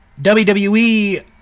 WWE